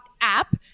app